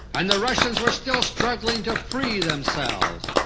and the russians were still struggling to free themselves.